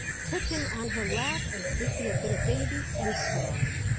took him on her lap as if he had been a baby, and cried.